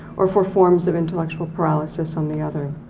or for forms of intellectual paralysis on the other.